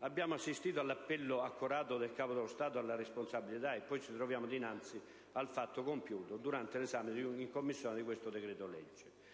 Abbiamo assistito all'appello accorato del Capo dello Stato alla responsabilità, e poi ci troviamo dinanzi al fatto compiuto, durante l'esame in Commissione di questo decreto-legge.